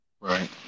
Right